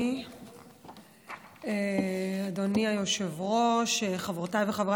אני קובע